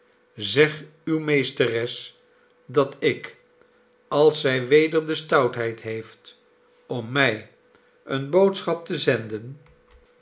zeg uwe meesteres dat ik als zij weder de stoutheid heeft om mij eene boodschap te zenden